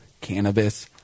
Cannabis